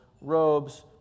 robes